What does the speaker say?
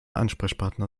ansprechpartner